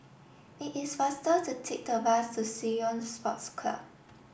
it is faster to take the bus to Ceylon Sports Club